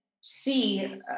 see